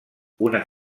una